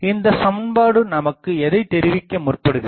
இந்தச் சமன்பாடு நமக்கு எதைத் தெரிவிக்க முற்படுகிறது